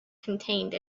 contained